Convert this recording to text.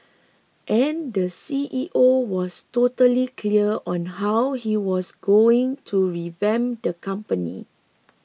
and the C E O was totally clear on how he was going to revamp the company